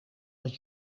het